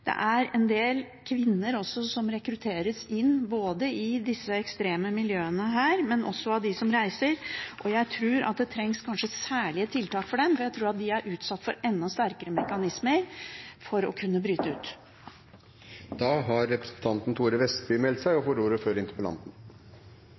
er også en del kvinner som rekrutteres inn i disse ekstreme miljøene, men også av dem som reiser, og jeg tror det kanskje trengs særlige tiltak for dem for å kunne bryte ut, for jeg tror at de er utsatt for enda sterkere mekanismer. Jeg har bare lyst til kort å uttrykke en støtte til mange gode innlegg her, der man har